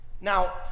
Now